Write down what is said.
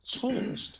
changed